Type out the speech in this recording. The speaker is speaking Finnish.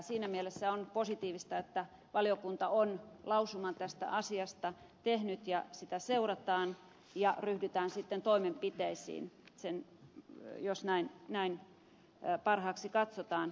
siinä mielessä on positiivista että valiokunta on lausuman tästä asiasta tehnyt ja sitä seurataan ja ryhdytään sitten toimenpiteisiin jos näin parhaaksi katsotaan